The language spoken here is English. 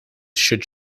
should